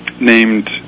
named